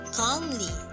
calmly